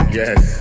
yes